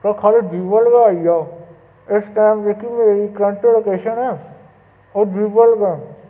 ते ख'ल्ल जीवल गै आई जाओ इस टैम जेह्की मेरी करेक्ट लोकेशन ऐ ओह् जीवल गै